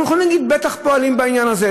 אנחנו יכולים להגיד: בטח פועלים בעניין הזה,